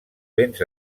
vents